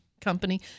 company